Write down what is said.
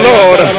Lord